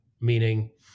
meaning